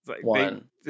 one